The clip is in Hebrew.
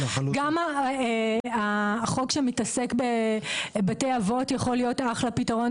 גם החוק שמתעסק בבתי אבות יכול להיות אחלה פתרון,